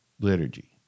liturgy